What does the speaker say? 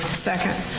second.